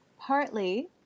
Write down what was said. Partly